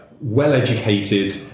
well-educated